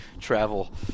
travel